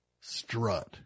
strut